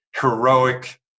heroic